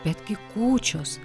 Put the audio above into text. bet gi kūčios